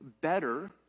Better